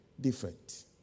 different